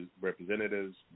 representatives